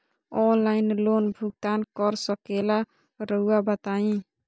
Online loan भुगतान कर सकेला राउआ बताई?